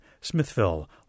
Smithville